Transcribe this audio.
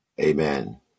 Amen